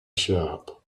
shop